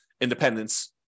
independence